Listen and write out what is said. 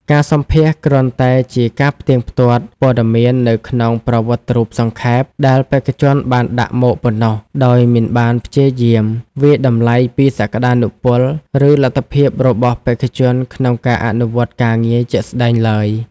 ការសម្ភាសន៍គ្រាន់តែជាការផ្ទៀងផ្ទាត់ព័ត៌មាននៅក្នុងប្រវត្តិរូបសង្ខេប ដែលបេក្ខជនបានដាក់មកប៉ុណ្ណោះ ដោយមិនបានព្យាយាមវាយតម្លៃពីសក្តានុពល ឬលទ្ធភាពរបស់បេក្ខជនក្នុងការអនុវត្តការងារជាក់ស្តែងឡើយ។